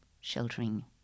sheltering